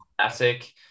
classic